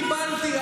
אני קיבלתי,